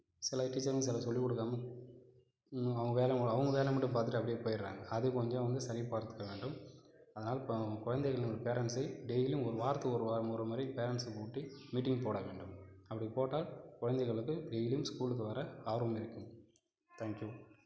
சில டீச்சருங்க சில சொல்லிக்கொடுக்காம அவங்க வேலை அவங்க வேலையை மட்டும் பார்த்துட்டு அப்படியே போயிட்றாங்க அது கொஞ்சம் வந்து சரி பார்த்துக்க வேண்டும் அதனால் இப்போ கொழந்தைங்களின் பேரண்ட்ஸை டெய்லியும் ஒரு வாரத்துக்கு ஒரு வா ஒருமுறை பேரண்ட்ஸை கூப்பிட்டு மீட்டிங் போட வேண்டும் அப்படி போட்டால் குழந்தைகளுக்கு டெய்லியும் ஸ்கூலுக்கு வர ஆர்வம் இருக்கும் தேங்க் யூ